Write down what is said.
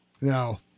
No